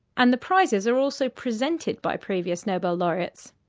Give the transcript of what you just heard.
and the prizes are also presented by previous nobel laureates.